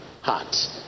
hearts